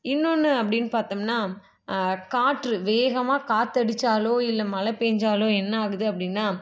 இன்னொன்று அப்படின்னு பார்த்தம்னா காற்று வேகமாக காற்றடிச்சாலோ இல்லை மழை பேஞ்சாலோ என்ன ஆகுது அப்படின்னா